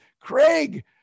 Craig